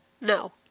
No